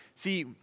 See